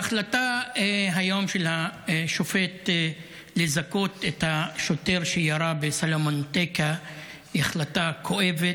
ההחלטה היום של השופט לזכות את השוטר שירה בסלומון טקה היא החלטה כואבת,